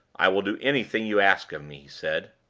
i will do anything you ask me, he said.